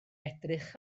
edrych